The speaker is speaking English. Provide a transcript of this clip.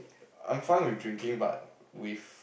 I'm fine with drinking but with